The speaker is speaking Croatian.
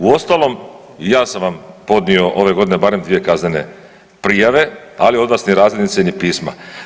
Uostalom, i ja sam vam podnio ove godine barem dvije kaznene prijave, ali od vas ni razglednice ni pisma.